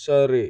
ശരി